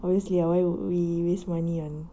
obviously ah why would we waste money on